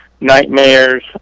nightmares